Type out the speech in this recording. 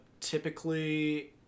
Typically